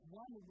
one